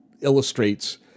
illustrates